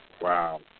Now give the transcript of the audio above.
Wow